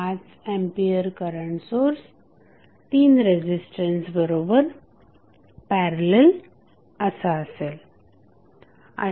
5 ampere current source 3 resistance बरोबर parallel असा असेल